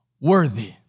worthy